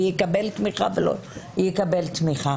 ויקבל תמיכה ולא יקבל תמיכה.